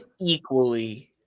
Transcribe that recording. equally